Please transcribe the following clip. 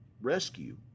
rescue